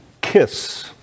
kiss